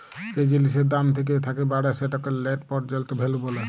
যে জিলিসের দাম থ্যাকে থ্যাকে বাড়ে সেটকে লেট্ পেরজেল্ট ভ্যালু ব্যলে